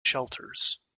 shelters